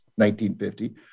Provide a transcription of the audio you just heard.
1950